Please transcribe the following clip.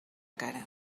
cara